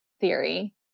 theory